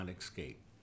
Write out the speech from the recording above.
escape